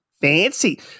Fancy